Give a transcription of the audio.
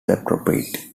laporte